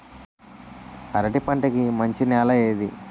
అరటి పంట కి మంచి నెల ఏది?